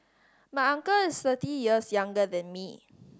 my uncle is thirty years younger than me